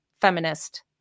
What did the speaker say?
feminist